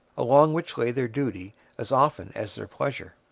along which lay their duty as often as their pleasure.